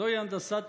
זוהי הנדסת תודעה,